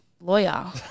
lawyer